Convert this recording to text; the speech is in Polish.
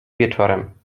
wieczorem